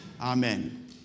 Amen